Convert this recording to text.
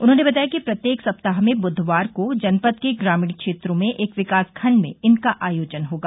उन्होंने बताया कि प्रत्येक सप्ताह में बुधवार को जनपद के ग्रामीण क्षेत्रों में एक विकास खंड में इनका आयोजन होगा